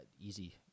easy